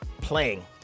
playing